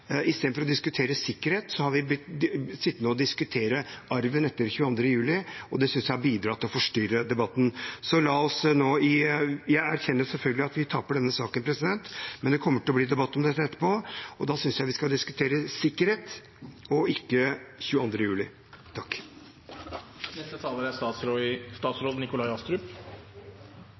Istedenfor å diskutere sikkerhet har vi blitt sittende og diskutere arven etter 22. juli, og det synes jeg har bidratt til å forstyrre debatten. Jeg erkjenner selvfølgelig at vi taper denne saken, men det kommer til å bli debatt om det etterpå, og da synes jeg vi skal diskutere sikkerhet og ikke 22. juli. Til siste taler: Det at vi skal gjenreise regjeringskvartalet etter terror, er